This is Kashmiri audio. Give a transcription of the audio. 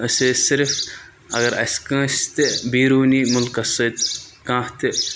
أسۍ ٲسۍ صرف اگر اَسہِ کٲنٛسہِ تہِ بیروٗنی مُلکَس سۭتۍ کانٛہہ تہِ